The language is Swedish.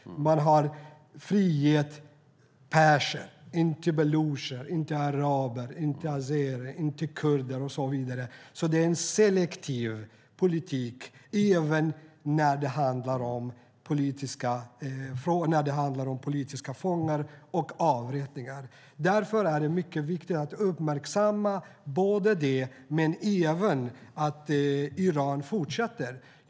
Man har frigivit perser - inte balucher, inte araber, inte azerier, inte kurder och så vidare. Det är alltså en selektiv politik även när det handlar om politiska fångar och avrättningar. Därför är det mycket viktigt att uppmärksamma både det och att Iran fortsätter med detta.